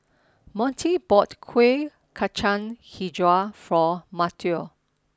Montie bought Kuih Kacang HiJau for Mateo